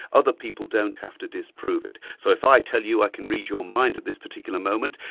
other people don't have to disprove it, so if i tell you i can read your mind at this particular moment,